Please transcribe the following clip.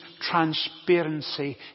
transparency